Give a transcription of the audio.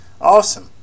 awesome